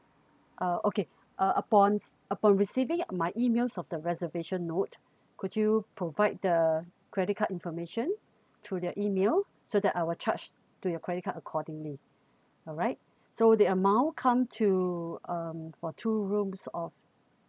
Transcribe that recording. uh okay uh upon upon receiving my emails of the reservation note could you provide the credit card information through the email so that I will charge to your credit card accordingly alright so the amount come to um for two rooms of